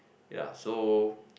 ya so